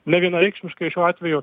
nevienareikšmiškai šiuo atveju